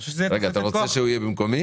אתה רוצה שהוא יהיה במקומי?